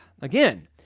again